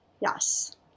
yes